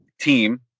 team